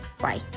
Bye